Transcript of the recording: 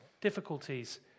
Difficulties